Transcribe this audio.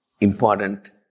important